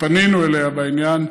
שפנינו אליה בעניין,